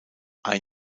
ein